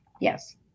Yes